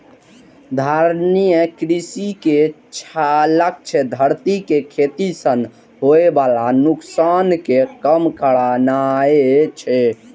धारणीय कृषि के लक्ष्य धरती कें खेती सं होय बला नुकसान कें कम करनाय छै